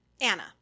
anna